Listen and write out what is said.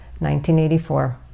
1984